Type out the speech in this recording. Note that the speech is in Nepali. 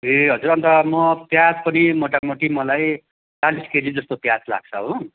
ए हजुर अन्त म प्याज पनि मोटामोटी मलाई चालिस केजी जस्तो प्याज लाग्छ हो